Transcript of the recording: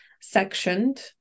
sectioned